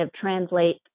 translate